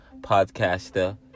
podcaster